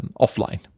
offline